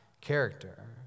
character